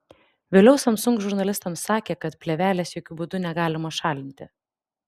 vėliau samsung žurnalistams sakė kad plėvelės jokiu būdu negalima šalinti